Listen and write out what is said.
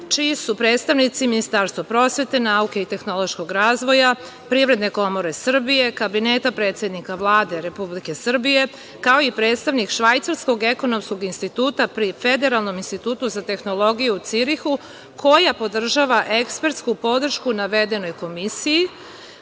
čiji su predstavnici Ministarstvo prosvete, nauke i tehnološkog razvoja, Privredne komore Srbije, Kabinete predsednika Vlade RS, kao i predstavnik švajcarskog ekonomskog instituta pri federalnom institutu za tehnologiju u Cirihu, koja podržava ekspertsku podršku navedenoj komisiji